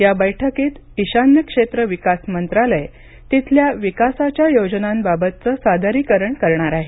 या बैठकीत ईशान्य क्षेत्र विकास मंत्रालय तिथल्या विकासाच्या योजनांबाबतचं सादरीकरण करणार आहे